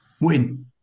Win